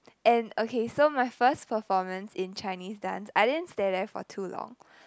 and okay so my first performance in Chinese dance I didn't stay there for too long